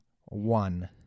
one